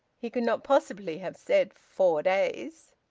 he could not possibly have said four days.